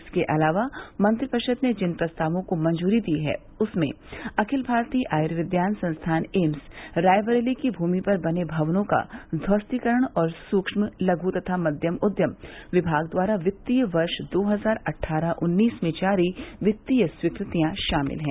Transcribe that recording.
इसके अलावा मंत्रिपरिषद ने जिन प्रस्तावों को मंजूरी दी है उनमें अखिल भारतीय आयुर्विज्ञान संस्थान एम्स रायदरेली की भूमि पर बने भवनों का ध्वस्तीकरण और सूक्ष्म लघु तथा मध्यम उद्यम विभाग द्वारा वित्तीय वर्ष दो हजार अट्ठारह उन्नीस में जारी वित्तीय स्वीकृतियां शामिल है